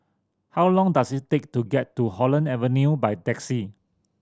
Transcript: how long does it take to get to Holland Avenue by taxi